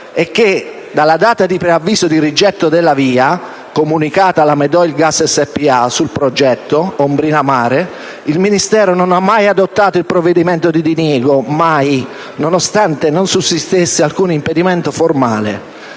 e che, dalla data di preavviso di rigetto della VIA, comunicata alla Medoilgas Italia SpA sul progetto "Ombrina Mare 2", il Ministero non ha mai adottato - ripeto mai - il provvedimento di diniego, nonostante non sussistesse alcun impedimento formale.